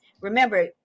Remember